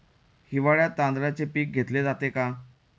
हिवाळ्यात तांदळाचे पीक घेतले जाते का?